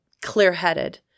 clear-headed